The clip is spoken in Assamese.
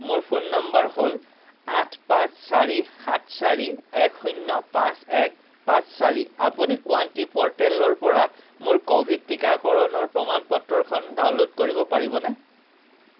মোৰ ফোন নম্বৰ হ'ল আঠ পাঁচ চাৰি সাত চাৰি এক শূন্য পাঁচ এক পাঁচ চাৰি আপুনি কোৱাণ্টি প'ৰ্টেলৰ পৰা মোৰ ক'ভিড টীকাকৰণৰ প্ৰমাণ পত্ৰখন ডাউনল'ড কৰিব পাৰিবনে